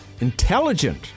intelligent